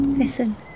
Listen